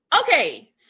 Okay